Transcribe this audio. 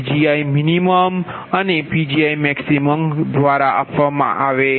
તેથી Pg મર્યાદા PgiminPgiPgimax આપવામાં આવે છે